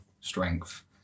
strength